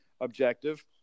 objective